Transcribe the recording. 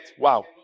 Wow